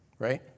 right